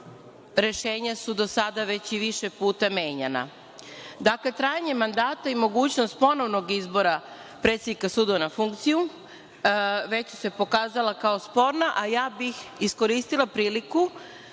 rešenja su do sada već više puta menja. Dakle, trajanje mandata i mogućnost ponovnog izbora predsednika sudova na funkciju već su se pokazala kao sporna, a ja bih iskoristila priliku